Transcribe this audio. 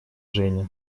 женя